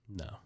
No